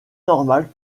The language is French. normale